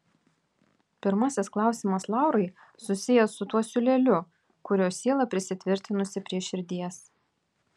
pirmasis klausimas laurai susijęs su tuo siūleliu kuriuo siela prisitvirtinusi prie širdies